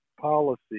policy